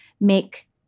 make